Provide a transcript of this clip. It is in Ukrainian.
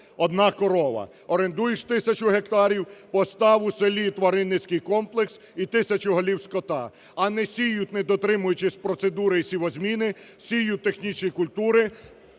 одна корова. Орендуєш тисячу гектарів – постав у селі тваринницький комплекс і тисячу голів скота. А не сіють, недотримуючись процедури сівозміни, сіють технічні культури,